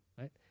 right